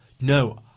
No